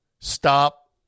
stop